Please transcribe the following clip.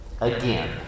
again